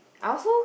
I also